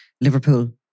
Liverpool